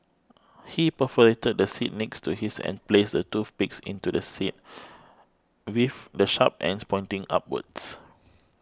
he perforated the seat next to his and placed the toothpicks into the seat with the sharp ends pointing upwards